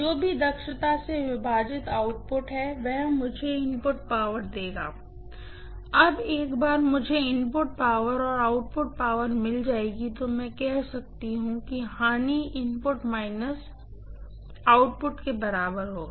जो भी दक्षता से विभाजित आउटपुट है वह मुझे इनपुट पावर देगा अब एक बार जब मुझे इनपुट पावर और आउटपुट पावर मिल जाएगी तो मैं कह सकती हूँ कि लॉस इनपुट माइनस आउटपुट के बराबर होगा